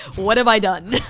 what have i done?